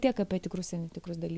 tiek apie tikrus ir netikrus daly